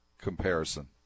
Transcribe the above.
comparison